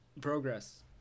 Progress